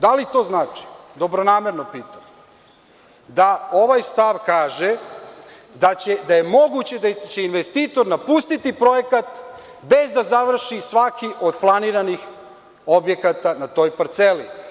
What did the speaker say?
Da li to znači, dobronamerno pitam, da ovaj stav kaže da je moguće da će investitor napustiti projekat bez da završi svaki od planiranih objekata na toj parceli?